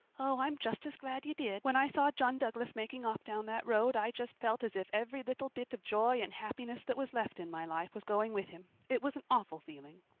oh, i'm just as glad you did. when i saw john douglas making off down that road i just felt as if every little bit of joy and happiness that was left in my life was going with him. it was an awful feeling.